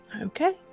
Okay